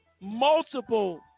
Multiple